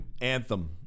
Anthem